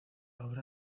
obra